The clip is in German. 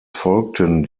folgten